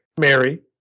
Mary